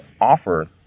offer